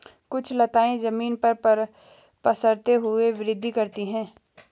कुछ लताएं जमीन पर पसरते हुए वृद्धि करती हैं